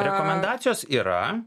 rekomendacijos yra